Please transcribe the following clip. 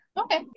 Okay